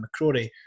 McCrory